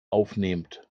aufnehmt